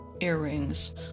earrings